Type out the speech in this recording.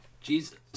jesus